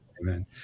Amen